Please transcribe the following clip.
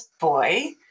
boy